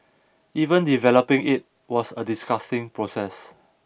even developing it was a disgusting process